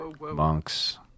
monks